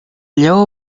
lleó